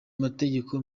mategeko